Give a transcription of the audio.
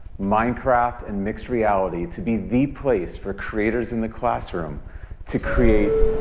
minecraft, and mixed reality to be the place for creators in the classroom to create,